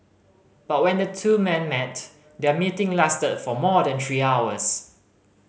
but when the two men met their meeting lasted for more than three hours